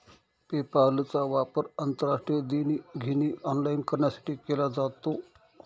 पेपालचा वापर आंतरराष्ट्रीय देणी घेणी ऑनलाइन करण्यासाठी केला जातो